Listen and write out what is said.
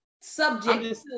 subject